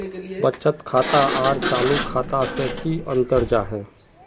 बचत खाता आर चालू खाता से की अंतर जाहा?